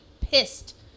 pissed